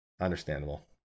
Understandable